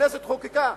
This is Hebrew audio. שהכנסת חוקקה,